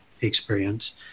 experience